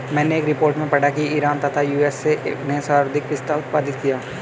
मैनें एक रिपोर्ट में पढ़ा की ईरान तथा यू.एस.ए ने सर्वाधिक पिस्ता उत्पादित किया